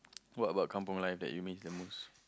what about kampung life that you miss the most